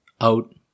out